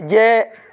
जें